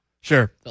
Sure